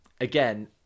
again